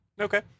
Okay